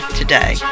today